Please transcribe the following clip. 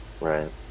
right